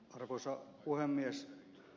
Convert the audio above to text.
arvoisa puhemies